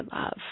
love